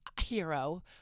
hero